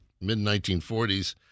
mid-1940s